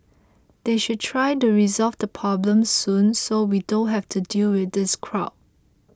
they should try to resolve the problem soon so we don't have to deal with these crowd